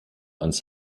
ans